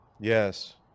yes